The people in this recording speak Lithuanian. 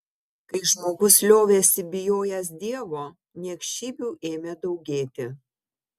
kai žmogus liovėsi bijojęs dievo niekšybių ėmė daugėti